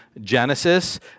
Genesis